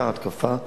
יצר התקפה,